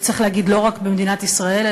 וצריך להגיד: לא רק במדינת ישראל,